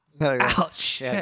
Ouch